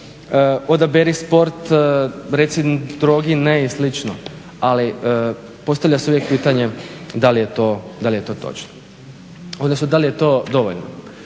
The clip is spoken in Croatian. odaberi sport, reci drogi ne i slično. Ali postavlja se uvijek pitanje, da li je to točno, odnosno da li je to dovoljno?